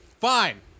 Fine